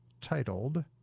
titled